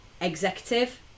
executive